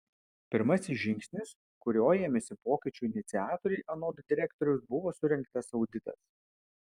pirmasis žingsnis kurio ėmėsi pokyčių iniciatoriai anot direktoriaus buvo surengtas auditas